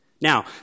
Now